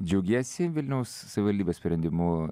džiaugiesi vilniaus savivaldybės sprendimu